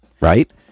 Right